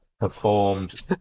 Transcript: Performed